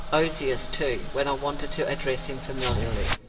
ozias, too, when i wanted to address him familiarly,